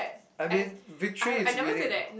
I mean victory is winning